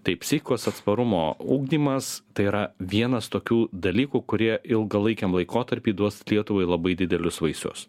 tai psichikos atsparumo ugdymas tai yra vienas tokių dalykų kurie ilgalaikiam laikotarpiui duos lietuvai labai didelius vaisius